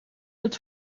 het